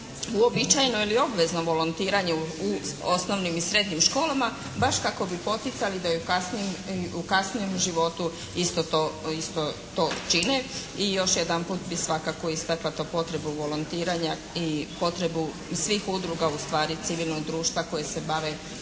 uobičajeno ili obvezno volontiranje u osnovnim i srednjim školama, baš kako bi poticali da i u kasnijem životu isto to čine. I još jedanput bi svakako istakla tu potrebu volontiranja i potrebu svih udruga ustvari civilnog društva koji se bavi